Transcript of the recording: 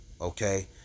okay